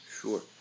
Sure